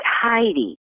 Heidi